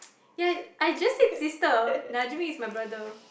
ya I just said sister najib is my brother